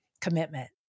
commitment